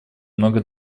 много